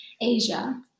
Asia